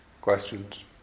questions